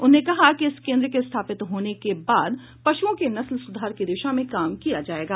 उन्होंने कहा कि इस केन्द्र के स्थापित होने के बाद पशुओं के नस्ल सुधार की दिशा में काम किया जायेगा